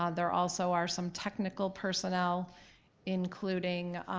um there also are some technical personnel including